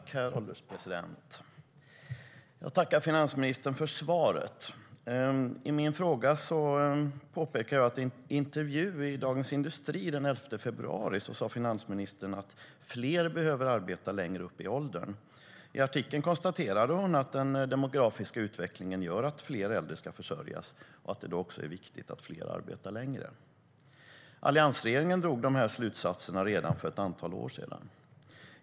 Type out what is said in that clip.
Herr ålderspresident! Jag tackar finansministern för svaret. I min fråga påpekade jag att finansministern i en intervju i Dagens Industri den 11 februari uttalade att fler behöver arbeta längre upp i åldrarna. I artikeln konstaterade finansministern att den demografiska utvecklingen gör att fler äldre ska försörjas, och då är det viktigt att fler arbetar längre. Alliansregeringen drog dessa slutsatser redan för ett antal år sedan.